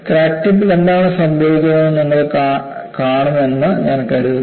crack ടിപ്പിൽ എന്താണ് സംഭവിക്കുന്നതെന്ന് നിങ്ങൾ കാണുമെന്ന് ഞാൻ കരുതുന്നു